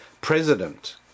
President